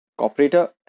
cooperator